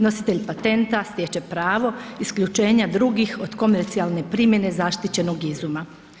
Nositelj patenta stječe pravo isključenja drugih od komercijalne primjene zaštićenog izuma.